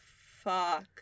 fuck